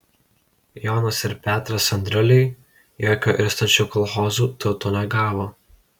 jonas ir petras andriuliai jokio irstančių kolchozų turto negavo